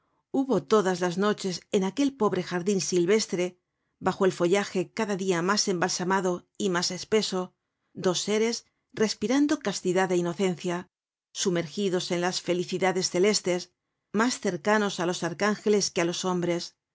hubo todas las noches en aquel pobre jardin silvestre bajo el follaje cada dia mas embalsamado y mas espeso dos seres respirando castidad é inocencia sumergidos en las felicidades celestes mas cercanos á los arcángeles que á los hombres